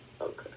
Okay